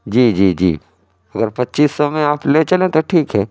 جی جی جی اگر پچیس سو میں آپ لے چلیں تو ٹھیک ہے